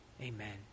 Amen